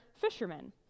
fishermen